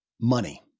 Money